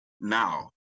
Now